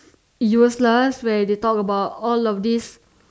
useless where they talk about all of these